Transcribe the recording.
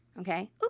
Okay